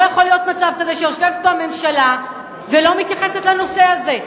לא יכול להיות מצב כזה שיושבת פה הממשלה ולא מתייחסת לנושא הזה.